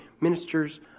ministers